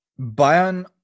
Bayern